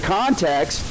context